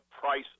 price